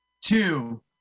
two